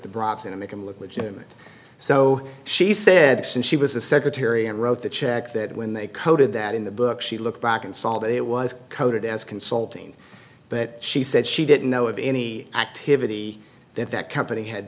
the brocks in to make him look legitimate so she said since she was the secretary and wrote the check that when they coded that in the book she looked back and saw that it was coded as consulting but she said she didn't know of any activity that that company had